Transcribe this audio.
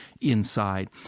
inside